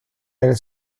del